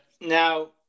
Now